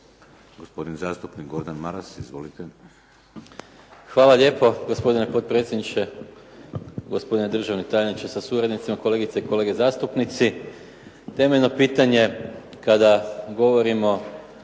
Gospodin zastupnik Gordan Maras. Izvolite. **Maras, Gordan (SDP)** Hvala lijepo gospodine potpredsjedniče. Gospodine državni tajniče sa suradnicima, kolegice i kolege zastupnici. Temeljno pitanje kada govorimo